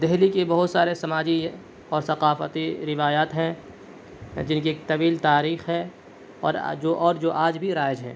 دہلی کے بہت سارے سماجی اور ثقافتی روایات ہیں جن کی ایک طویل تاریخ ہے اور آج جو آج بھی رائج ہیں